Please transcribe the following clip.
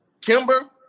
Kimber